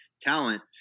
talent